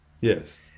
Yes